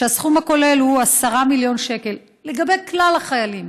והסכום הכולל הוא 10 מיליון שקל לכלל החיילים.